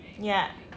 ya